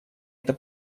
это